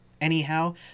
Anyhow